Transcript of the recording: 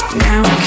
now